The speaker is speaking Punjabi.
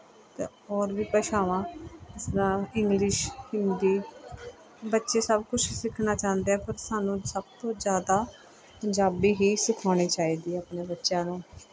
ਅਤੇ ਔਰ ਵੀ ਭਾਸ਼ਾਵਾਂ ਜਿਸ ਤਰ੍ਹਾਂ ਇੰਗਲਿਸ਼ ਹਿੰਦੀ ਬੱਚੇ ਸਭ ਕੁਛ ਸਿੱਖਣਾ ਚਾਹੁੰਦੇ ਆ ਪਰ ਸਾਨੂੰ ਸਭ ਤੋਂ ਜ਼ਿਆਦਾ ਪੰਜਾਬੀ ਹੀ ਸਿਖਾਉਣੀ ਚਾਹੀਦੀ ਹੈ ਆਪਣੇ ਬੱਚਿਆਂ ਨੂੰ